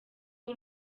w’u